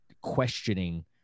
questioning